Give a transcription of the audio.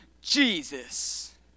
Jesus